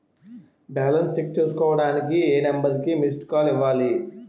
Balance check చేసుకోవటానికి ఏ number కి మిస్డ్ కాల్ ఇవ్వాలి?